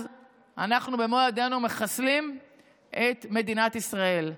אז אנחנו במו ידינו מחסלים את מדינת ישראל.